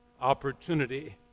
opportunity